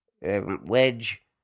wedge